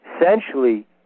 essentially